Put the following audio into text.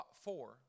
four